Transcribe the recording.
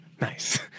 Nice